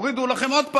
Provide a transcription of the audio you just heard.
הורידו לכם עוד פעם,